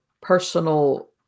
personal